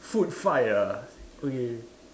food fight ah okay